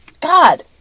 God